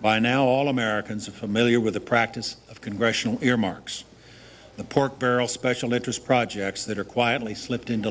by now all americans are familiar with the practice of congressional earmarks the pork barrel special interest projects that are quietly slipped into